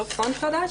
לא פונט חדש,